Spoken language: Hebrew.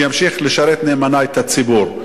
שימשיך לשרת נאמנה את הציבור.